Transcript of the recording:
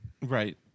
right